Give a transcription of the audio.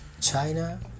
China